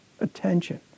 attention